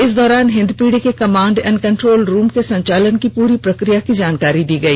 इस दौरान हिंदपीढी के कमांड एंड कंट्रोल रूम के संचालन की पूरी प्रक्रिया की जानकारी दी गई